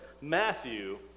Matthew